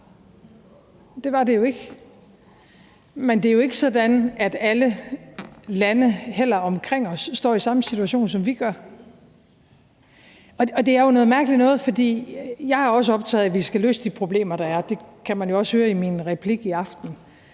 Det var det jo ikke. Det er jo heller ikke sådan, at alle lande omkring os står i den samme situation, som vi gør. Og det er jo noget mærkeligt noget. For jeg er også optaget af, at vi skal løse de problemer, der er, og det kan man jo også høre i min replik i aften,